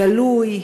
גלוי,